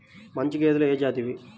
మంచి గేదెలు ఏ జాతివి?